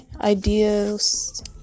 ideas